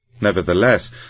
Nevertheless